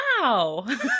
Wow